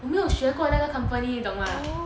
我没有学过那个 company 你懂吗